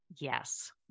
Yes